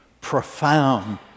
profound